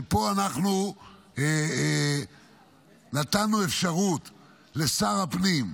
פה אנחנו נתנו אפשרות לשר הפנים,